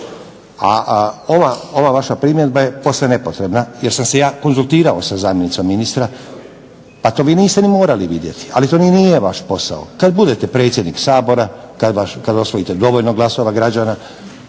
A ova vaša primjedba je posve nepotrebna jer sam se ja konzultirao sa zamjenicom ministra. Pa to vi ni niste morali vidjeti, ali to ni nije vaš posao. Kad budete predsjednik Sabor, kad osvojite dovoljno glasova građana